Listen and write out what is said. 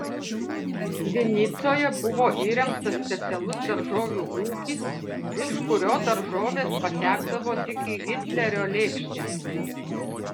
vinicoje buvo įrengtas specialus daržovių ūkis iš kurio daržovės patekdavo tik į hitlerio lėkštę